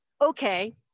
Okay